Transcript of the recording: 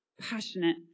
passionate